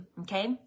okay